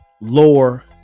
lore